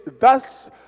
Thus